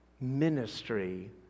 ministry